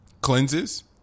cleanses